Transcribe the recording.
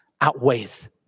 outweighs